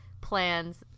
plans